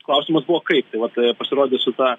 klausimas buvo kaip tai vat pasirodė su ta